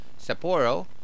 Sapporo